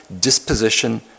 disposition